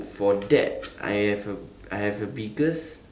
for that I have a I have a biggest